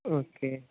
okay